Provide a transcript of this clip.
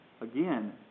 again